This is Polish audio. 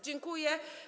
Dziękuję.